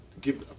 give